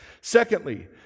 Secondly